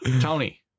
Tony